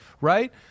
right